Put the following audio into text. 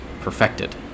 perfected